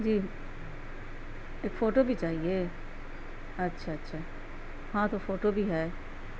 جی ایک فوٹو بھی چاہیے اچھا اچھا ہاں تو فوٹو بھی ہے